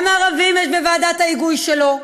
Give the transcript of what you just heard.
גם הערבים הם בוועדת ההיגוי שלו,